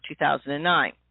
2009